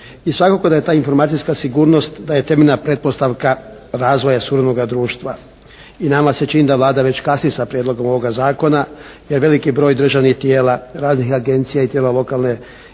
I svakako da je ta informacijska sigurnost, da je temeljna pretpostavka razvoja suvremenoga društva. I nama se čini da Vlada već kasni sa prijedlogom ovoga zakona, jer veliki broj državnih tijela, radnih agencija i tijela lokalne